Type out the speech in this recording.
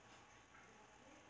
Z>